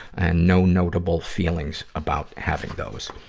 and no notable feelings about having those.